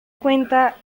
cuenta